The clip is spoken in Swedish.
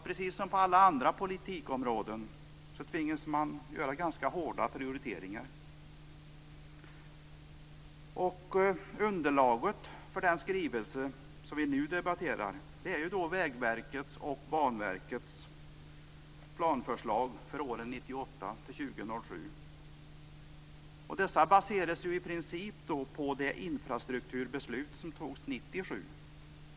Precis som på alla andra politikområden tvingas man att göra ganska hårda prioriteringar. Underlaget för den skrivelse som vi nu debatterar är Vägverkets och Banverkets planförslag för åren 1998-2007. Dessa förslag baseras i princip på det infrastrukturbeslut som togs 1997.